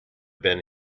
been